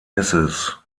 mrs